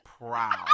Proud